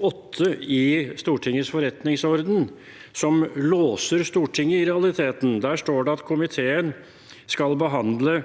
8 i Stortingets forretningsorden, som i realiteten låser Stortinget. Der står det at komiteen skal behandle